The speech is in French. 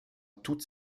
toutes